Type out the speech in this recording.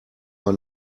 mal